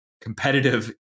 competitive